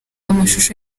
amashusho